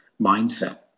mindset